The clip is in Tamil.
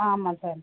ஆமாம் சார்